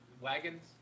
wagons